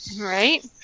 Right